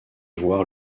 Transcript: voir